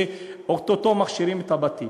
שאו-טו-טו מכשירים את הבתים.